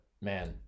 man